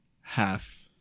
half